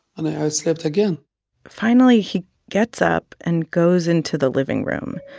and i ah slept again finally, he gets up and goes into the living room.